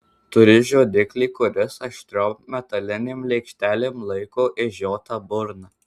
turi žiodiklį kuris aštriom metalinėm lėkštelėm laiko išžiotą burną